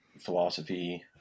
philosophy